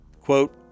Quote